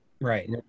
Right